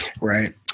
Right